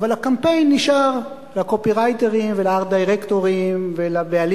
אבל הקמפיין נשאר ולקופירייטרים ולארט-דירקטורים ולבעלים